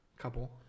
couple